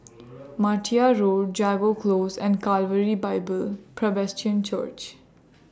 Martia Road Jago Close and Calvary Bible Presbyterian Church